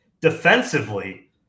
defensively